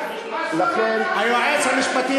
מה דעת היועץ המשפטי?